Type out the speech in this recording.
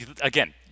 Again